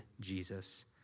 Jesus